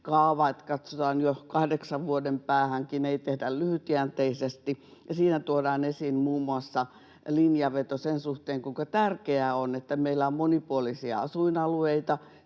että katsotaan jo kahdeksankin vuoden päähän, ei tehdä lyhytjänteisesti. Ja siinä tuodaan esiin muun muassa linjanveto sen suhteen, kuinka tärkeää on, että meillä on monipuolisia asuinalueita: